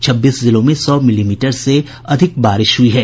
छब्बीस जिलों में सौ मिलीमीटर से अधिक बारिश हुयी है